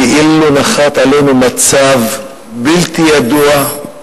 כאילו נחת עלינו מצב בלתי ידוע,